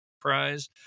prize